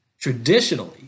traditionally